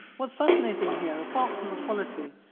what's fascinating here, apart from the quality,